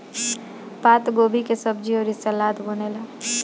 पातगोभी के सब्जी अउरी सलाद बनेला